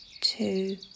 two